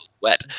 wet